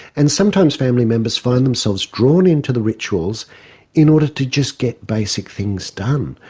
and sometimes family members find themselves drawn into the rituals in order to just get basic things done,